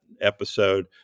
episode